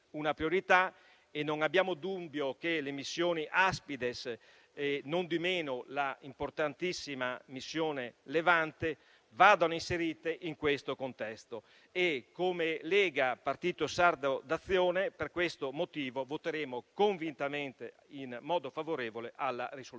e non abbiamo dubbio che le missioni Aspides e, non di meno, l'importantissima missione Levante vadano inserite in questo contesto. Come Lega-Partito Sardo d'Azione, per questo motivo, voteremo convintamente in modo favorevole alla proposta